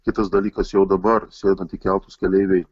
kitas dalykas jau dabar sėdant į keltus keleiviai